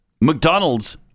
McDonald's